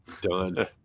done